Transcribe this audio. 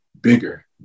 bigger